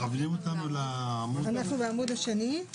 אנחנו בעמוד השני,